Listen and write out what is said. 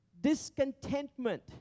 discontentment